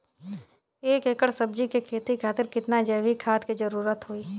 एक एकड़ सब्जी के खेती खातिर कितना जैविक खाद के जरूरत होई?